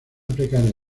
precaria